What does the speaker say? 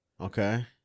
Okay